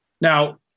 Now